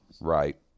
Right